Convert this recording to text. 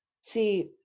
See